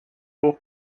hoch